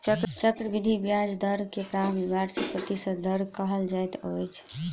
चक्रवृद्धि ब्याज दर के प्रभावी वार्षिक प्रतिशत दर कहल जाइत अछि